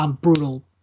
brutal